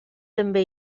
també